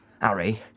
Harry